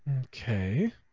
Okay